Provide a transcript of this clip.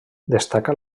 destaca